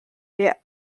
wir